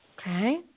Okay